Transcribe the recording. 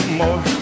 more